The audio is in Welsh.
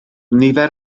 nifer